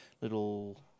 little